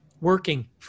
working